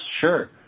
Sure